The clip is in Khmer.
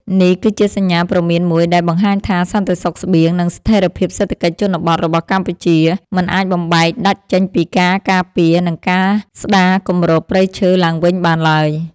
នេះគឺជាសញ្ញាព្រមានមួយដែលបង្ហាញថា សន្តិសុខស្បៀង និងស្ថិរភាពសេដ្ឋកិច្ចជនបទរបស់កម្ពុជា មិនអាចបំបែកដាច់ចេញពីការការពារ និងការស្ដារគម្របព្រៃឈើឡើងវិញបានឡើយ។